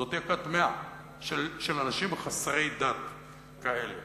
זאת תהיה כת טמאה של אנשים חסרי דת כאלה.